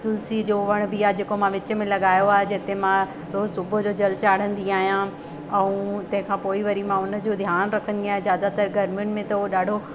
तुलसी जो वण बि आहे जेको मां विच में लगायो आहे जिते मां रोज़ सुबुह जो जल चाढ़िंदी आहियां ऐं तंहिंखां पोइ ई वरी मां हुनजो ध्यानु रखंदी आहियां ज्यादातर गर्मियुनि में त हुओ ॾाढो